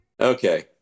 Okay